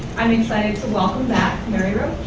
am excited to welcome back mary roach.